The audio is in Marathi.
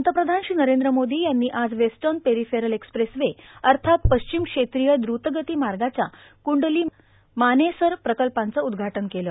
पंतप्रधान श्री नरेंद्र मोदी यांनी आज वेस्टर्न पेरीफेरल एक्स्प्रेसवे अर्थात पश्चिम क्षेत्रीय द्रतगती मार्गाच्या कुंडली मानेसर टप्प्याचं उद्घाटन केलं